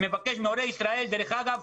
מבקש מהורי ישראל, דרך אגב,